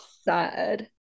sad